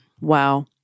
Wow